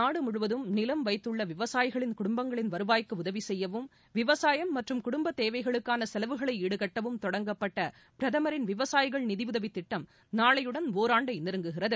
நாடு முழுவதும் நிலம் வைத்துள்ள விவசாயிகளின் குடும்பங்களின் வருவாய்க்கு உதவி செய்யவும் விவசாயம் மற்றும் குடும்ப தேவைகளுக்கான செலவுகளை ஈடுகட்டவும் தொடங்கப்பட்ட பிரதமரின் விவசாயிகள் நிதியுதவி திட்டம் நாளையுடன் ஓராண்டை நெருங்குகிறது